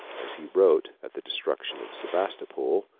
as he wrote, at the destruction of sebastopol,